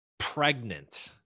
pregnant